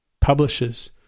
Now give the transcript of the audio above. publishers